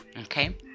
Okay